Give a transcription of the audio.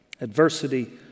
Adversity